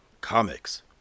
comics